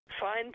Fine